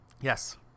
Yes